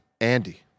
andy